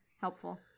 Helpful